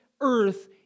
earth